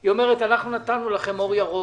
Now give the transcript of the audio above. היא אומרת: אנחנו נתנו לכם אור ירוק.